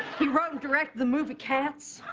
he wrote and directed the movie cats.